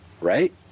right